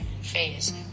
phase